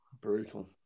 Brutal